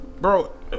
Bro